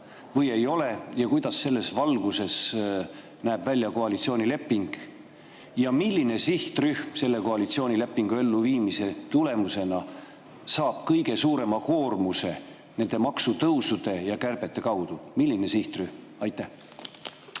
või ei ole. Ja kuidas selles valguses näeb välja koalitsioonileping? Milline sihtrühm saab selle koalitsioonilepingu elluviimise tulemusena kõige suurema koormuse nende maksutõusude ja kärbete kaudu? Milline sihtrühm? Aitäh!